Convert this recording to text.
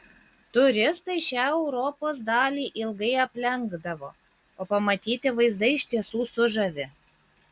turistai šią europos dalį ilgai aplenkdavo o pamatyti vaizdai iš tiesų sužavi